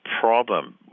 problem